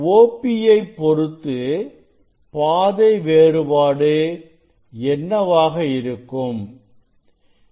OP யை பொருத்து பாதை வேறுபாடு என்னவாக இருக்கும்